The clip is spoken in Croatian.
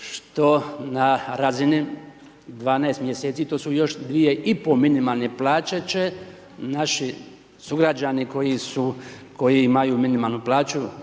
što na razini 12 mj. to su još 2,5 minimalne plaće će naši sugrađani koji imaju minimalnu plaću